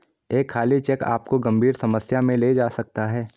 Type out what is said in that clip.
एक खाली चेक आपको गंभीर समस्या में ले जा सकता है